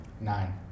Nine